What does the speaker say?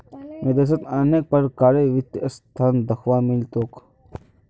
विदेशत अनेक प्रकारेर वित्तीय संस्थान दख्वा मिल तोक